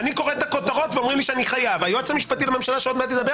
היועץ המשפטי בחקירה.